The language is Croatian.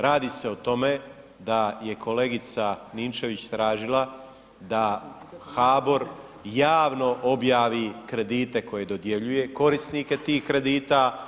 Radi se o tome da je kolegica Ninčević tražila da HABOR javno objavi kredite koje dodjeljuje, korisnike tih kredita.